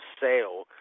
sale